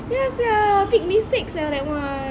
ya sia big mistake sia that [one]